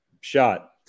Shot